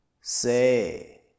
say